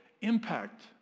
impact